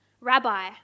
Rabbi